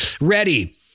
ready